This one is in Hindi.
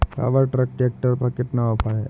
पावर ट्रैक ट्रैक्टर पर कितना ऑफर है?